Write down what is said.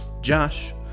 Josh